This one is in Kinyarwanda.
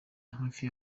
hafi